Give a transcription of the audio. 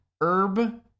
Herb